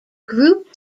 group